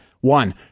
One